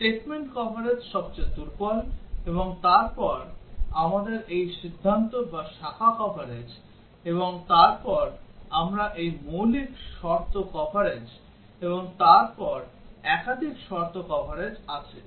Statement coverage সবচেয়ে দুর্বল এবং তারপর আমাদের এই সিদ্ধান্ত বা শাখা কভারেজ এবং তারপর আমরা এই মৌলিক শর্ত কভারেজ এবং তারপর একাধিক শর্ত কভারেজ আছে